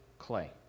clay